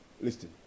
Listen